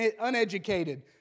uneducated